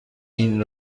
این